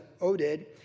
Oded